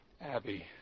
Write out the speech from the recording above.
Abby